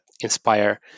inspire